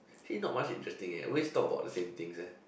he not much interesting eh always talk about the same things eh